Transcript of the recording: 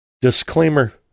Disclaimer